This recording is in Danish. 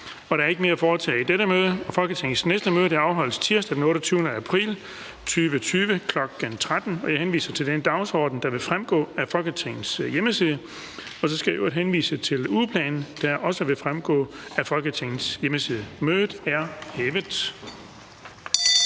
Der er ikke mere at foretage i dette møde. Folketingets næste møde afholdes tirsdag den 28. april 2020, kl. 13.00. Jeg henviser til den dagsorden, der fremgår af Folketingets hjemmeside. Og så skal jeg i øvrigt henvise til ugeplanen, der også fremgår af Folketingets hjemmeside. Mødet er hævet.